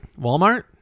Walmart